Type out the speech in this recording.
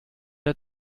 der